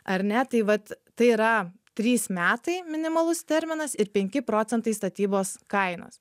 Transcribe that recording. ar ne tai vat tai yra trys metai minimalus terminas ir penki procentai statybos kainos